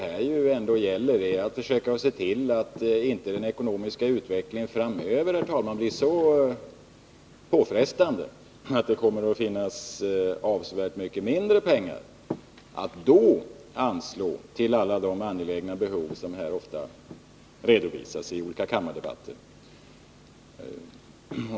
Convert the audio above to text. Här gäller det att se till att den ekonomiska utvecklingen framöver inte blir så påfrestande att det finns avsevärt mycket mindre pengar att då anslå till alla de angelägna ändamål som ofta redovisas i olika kammardebatter.